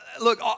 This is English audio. Look